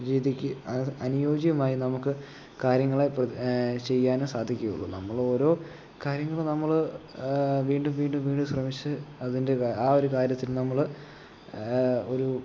രീതിക്ക് അനു അനുയോജ്യമായി നമുക്ക് കാര്യങ്ങള് ചെയ്യാനും സാധിക്കുകയുള്ളു നമ്മളൊരോ കാര്യങ്ങള് നമ്മള് വീണ്ടും വീണ്ടും വീണ്ടും ശ്രമിച് അതിൻ്റെ ആ ഒരു കാര്യത്തിൽ നമ്മള് ഒരു